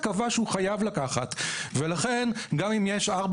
אני רוצה להתמקד בבעיה שאמרה מירב.